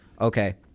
okay